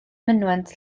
mynwent